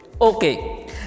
Okay